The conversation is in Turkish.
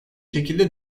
şekilde